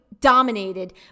dominated